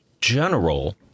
General